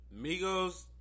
Migos